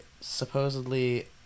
supposedly